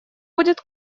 будет